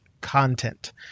content